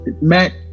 Matt